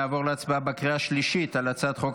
נעבור להצבעה בקריאה השלישית על הצעת חוק